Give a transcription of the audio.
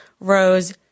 Rose